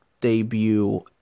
debut